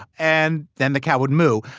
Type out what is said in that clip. and then the cow would moo.